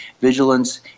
Vigilance